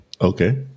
Okay